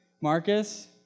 Marcus